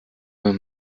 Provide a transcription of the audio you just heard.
man